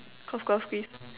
cough cough please